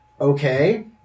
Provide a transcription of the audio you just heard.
Okay